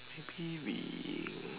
maybe we